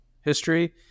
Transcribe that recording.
history